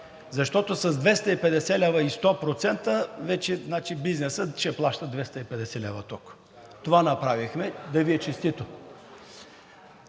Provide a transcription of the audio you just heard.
защото с 250 лв. и 100% вече значи бизнесът ще плаща 250 лв. ток. Това направихме. Да ви е честито!